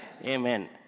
Amen